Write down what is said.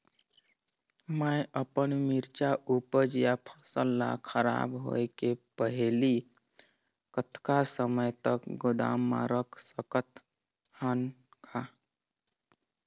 मैं अपन मिरचा ऊपज या फसल ला खराब होय के पहेली कतका समय तक गोदाम म रख सकथ हान ग?